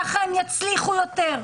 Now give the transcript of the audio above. ככה הם יצליחו יותר,